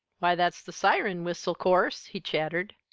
why, that's the siren whistle, course, he chattered.